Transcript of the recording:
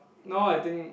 now I think